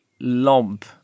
lump